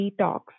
detox